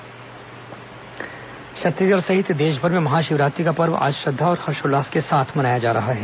महाशिवरात्रि छत्तीसगढ़ सहित देशभर में महाशिवरात्रि का पर्व आज श्रद्धा और हर्षोल्लास के साथ मनाया जा रहा है